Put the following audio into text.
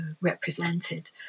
represented